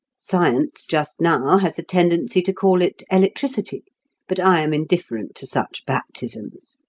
science just now has a tendency to call it electricity but i am indifferent to such baptisms.